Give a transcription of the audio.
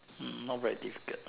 hmm not very difficult